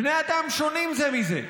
בני אדם שונים זה מזה.